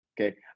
okay